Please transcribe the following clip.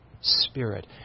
spirit